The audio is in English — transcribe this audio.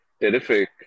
terrific